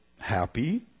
happy